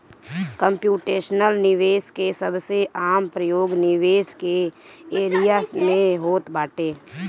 computational निवेश के सबसे आम प्रयोग निवेश के एरिया में होत बाटे